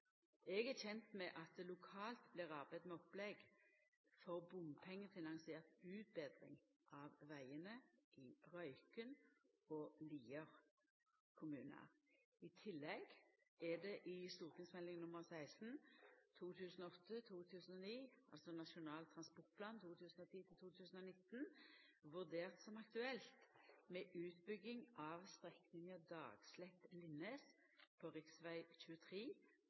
Eg er kjend med at det lokalt blir arbeidd med opplegg for bompengefinansiert utbetring av vegane i Røyken og Lier kommunar. I tillegg er det i St.meld. nr. 16 for 2008–2009, altså Nasjonal transportplan for 2010–2019, vurdert som aktuelt ei utbygging av strekninga Dagslet–Linnes på rv. 23